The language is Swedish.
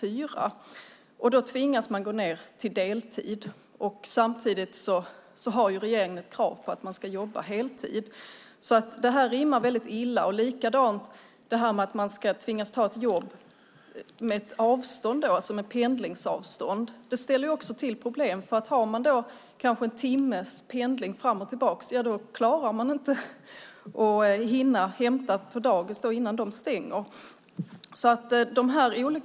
16, och då tvingas man gå ned till deltid. Samtidigt har regeringen ett krav på att man ska jobba heltid. Det rimmar alltså illa. Att man ska tvingas ta ett jobb med pendlingsavstånd ställer också till problem. Har man en timmes pendling fram och tillbaka hinner man inte hämta på dagis innan det stänger.